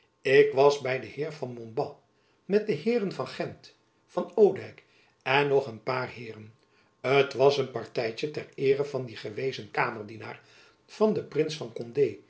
ik was by den heer van montbas met de heeren van gent van odijk en nog een paar heeren t was een partytjen ter eere van dien gewezen kamerdienaar van den prins van condé